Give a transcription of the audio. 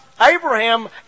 Abraham